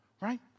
right